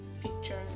pictures